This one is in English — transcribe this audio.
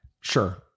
Sure